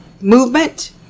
movement